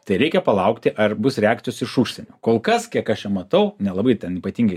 tai reikia palaukti ar bus reakcijos iš užsienio kol kas kiek aš čia matau nelabai ten ypatingai